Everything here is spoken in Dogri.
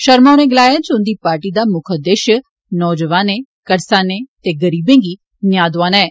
शर्मा होरें गलाया जे उन्दी पार्टी दा मुक्ख उद्देश्य नौजोआनें करसानें ते गरीबें गी न्याय दोआना ऐ